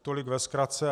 Tolik ve zkratce.